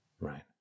Right